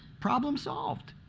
problem solved